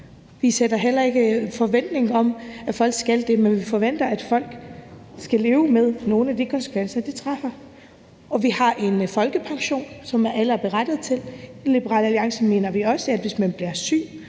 Vi har heller ikke en forventning om, at det skal folk, men vi forventer, at folk skal leve med nogle af de konsekvenser, som følger af beslutninger, de træffer. Vi har en folkepension, som alle er berettiget til. I Liberal Alliance mener vi også, at der skal